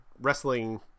Wrestling